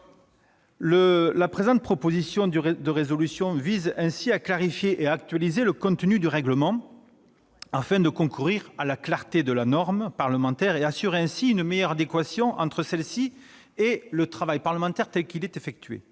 ! La présente proposition de résolution vise ainsi à clarifier et actualiser le contenu du règlement, afin de concourir à la clarté de la norme parlementaire et d'assurer une meilleure adéquation entre celle-ci et le travail parlementaire tel qu'il est effectué.